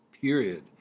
period